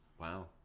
Wow